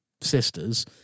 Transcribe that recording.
sisters